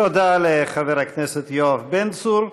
תודה לחבר הכנסת יואב בן צור.